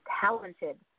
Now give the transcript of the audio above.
talented